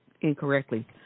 incorrectly